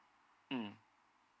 mm